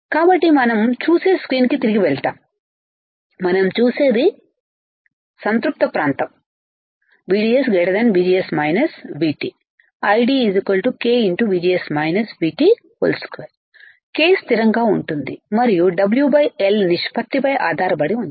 కాబట్టి మనం చూసే స్క్రీన్కు తిరిగి వెళ్తాము మనం చూసేది సంతృప్త ప్రాంతం VDS VGS VT ID k 2 k స్థిరంగా ఉంటుంది మరియు W l నిష్పత్తిపై ఆధారపడి ఉంటుంది